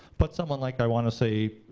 but someone like, i want to say,